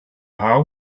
how